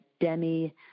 Demi